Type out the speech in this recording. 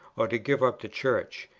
or to give up the church.